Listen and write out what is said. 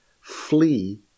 flee